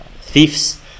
thieves